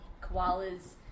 koalas